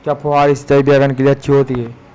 क्या फुहारी सिंचाई बैगन के लिए अच्छी होती है?